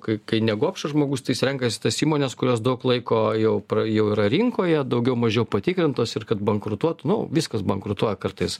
kai kai ne gobšas žmogus tai jis renkasi tas įmones kurios daug laiko jau pra jau yra rinkoje daugiau mažiau patikrintos ir kad bankrutuotų nu viskas bankrutuoja kartais